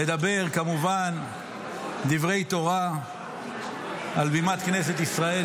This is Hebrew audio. כמובן דברי תורה על בימת כנסת ישראל.